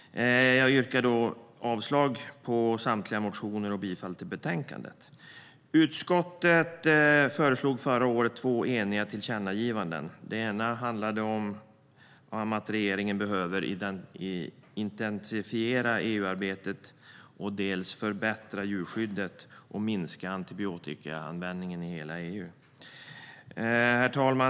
Jag yrkar avslag på samtliga motioner och bifall till förslaget i betänkandet. Utskottet föreslog förra året två eniga tillkännagivanden. Det ena handlade om att regeringen behöver intensifiera EU-arbetet, förbättra djurskyddet och minska antibiotikaanvändningen i hela EU.